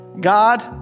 God